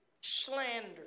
slander